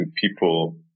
people